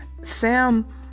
sam